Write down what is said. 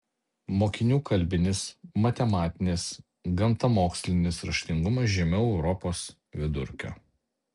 mokinių kalbinis matematinis gamtamokslinis raštingumas žemiau europos vidurkio